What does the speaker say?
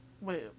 Wait